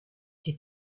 die